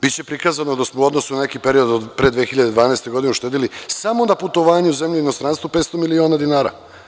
Biće prikazano da smo u odnosu na neki period od pre 2012. godine uštedeli samo na putovanju u zemlji i inostranstvu 500 miliona dinara.